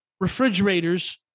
refrigerators